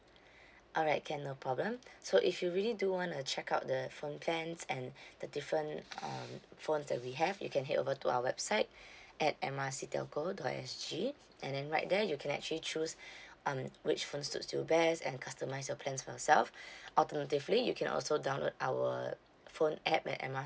alright can no problem so if you really do want to check out the phone plans and the different um phone that we have you can head over to our website at M R C telco dot S G and then right there you can actually choose um which phone suits you best and customise your plan for yourself alternatively you can also download our phone app at M R